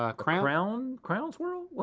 ah crown, crown swirl?